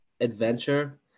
adventure